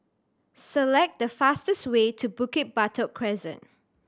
select the fastest way to Bukit Batok Crescent